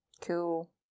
Cool